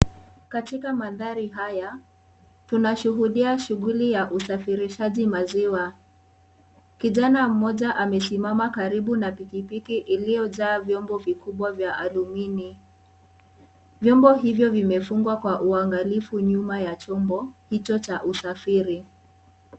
Katika mandhari haya tunashuhudia shughuli ya usafirishaji maziwa , kijana mmoja amesimama karibu na pikipiki iliyojaa vyombo vikubwa vya alumini. Vyombo hivo vimefungwa kwa uangalifu nyuma ya chombo hicho cha usafiri.